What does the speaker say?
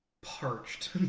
parched